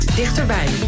dichterbij